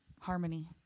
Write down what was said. harmony